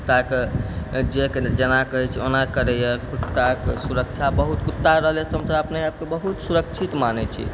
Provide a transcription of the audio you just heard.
कुत्ताके जे कहे जेना कहे छिए ओना करैए कुत्ताके सुरक्षा बहुत कुत्ता रहलेसँ हमसभ अपने आपके बहुत सुरक्षित मानै छी